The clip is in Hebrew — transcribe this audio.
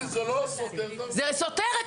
זה סותר את